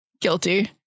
Guilty